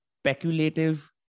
speculative